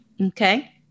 Okay